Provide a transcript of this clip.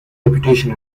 reputation